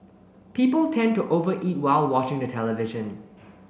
people tend to over eat while watching the television